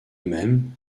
même